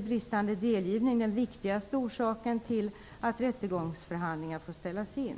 Bristande delgivning är t.ex. den viktigaste orsaken till att rättegångsförhandlingar får ställas in.